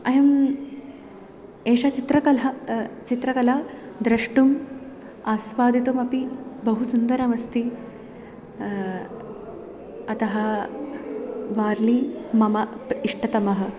अयं एषा चित्रकला चित्रकला द्रष्टुम् आस्वादितुमपि बहु सुन्दरम् अस्ति अतः वार्लि मम इष्टतमः